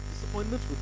Disappointment